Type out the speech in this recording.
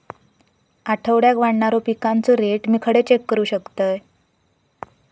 आठवड्याक वाढणारो पिकांचो रेट मी खडे चेक करू शकतय?